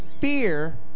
fear